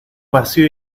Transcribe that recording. vacío